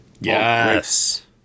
Yes